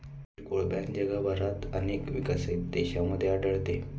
किरकोळ बँक जगभरातील अनेक विकसित देशांमध्ये आढळते